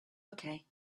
okay